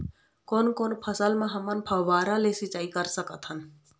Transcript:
कोन कोन फसल म हमन फव्वारा ले सिचाई कर सकत हन?